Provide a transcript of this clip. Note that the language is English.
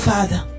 Father